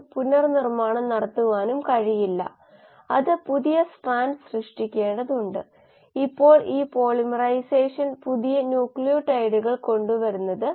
അതിനാൽ നമ്മൾ അതിനെ ഈ ഫോമിലേക്ക് കൊണ്ടുവന്നതിന്റെ കാരണം അതാണ് രാസപ്രവർത്തന നിരക്ക് വെക്റ്ററും x ഒരു സ്റ്റേറ്റ് വെക്റ്റർ സ്റ്റേറ്റ് വേരിയബിളുകളുടെ വെക്റ്റർ ആയിരിക്കും മറ്റൊരു വിധത്തിൽ പറഞ്ഞാൽ മെറ്റബോളിറ്റുകൾ സ്റ്റേറ്റ് വേരിയബിളുകളാണ്